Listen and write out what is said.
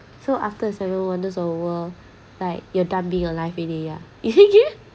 so after the seven wonders of the world like you are done being alive already ya